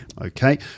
Okay